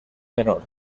menor